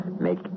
make